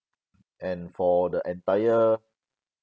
and for the entire